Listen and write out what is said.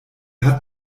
hat